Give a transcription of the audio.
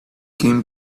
came